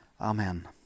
Amen